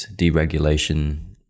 deregulation